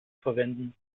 verwenden